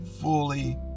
fully